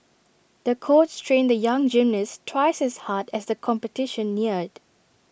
the coach trained the young gymnast twice as hard as the competition neared